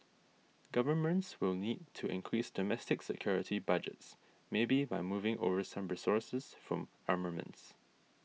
governments will need to increase domestic security budgets maybe by moving over some resources from armaments